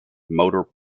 motor